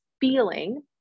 feeling